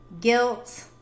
guilt